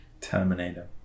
Terminator